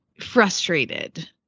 frustrated